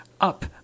up